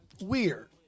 weird